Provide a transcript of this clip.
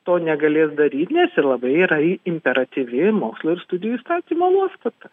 to negalės daryti nes labai yra imperatyvi mokslo ir studijų įstatymo nuostata